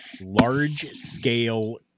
large-scale